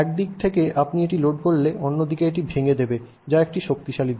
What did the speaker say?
এক দিক থেকেআপনি এটি লোড করলে এর অন্য দিকটি ভেঙে দেবে যা একটি শক্তিশালী দিক